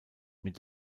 mit